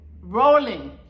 rolling